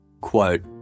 quote